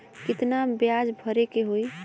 कितना ब्याज भरे के होई?